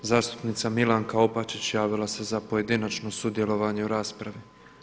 Zastupnica Milanka Opačić javila se za pojedinačno sudjelovanje u raspravi.